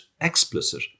explicit